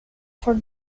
for